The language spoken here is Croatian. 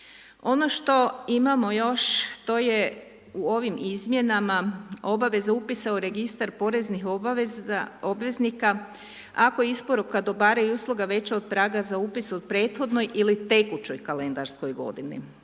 Ono što imamo još to je u ovim izmjenama obaveza upisa u registar poreznih obavezanika, ako isporuka dobara i usluga, veća od praga za upis za prethodnu ili tekućoj kalendarskoj godini.